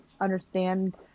understand